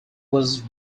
was